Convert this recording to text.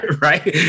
right